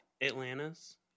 Atlantis